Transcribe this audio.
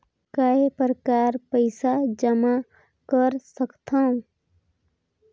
काय प्रकार पईसा जमा कर सकथव?